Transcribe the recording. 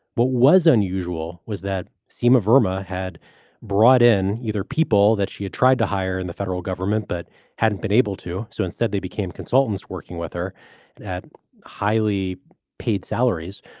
what was unusual was that some of burma had brought in either people that she had tried to hire in the federal government but hadn't been able to. so instead, they became consultants working with her at highly paid salaries.